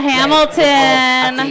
Hamilton